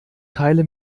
teile